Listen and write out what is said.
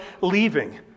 leaving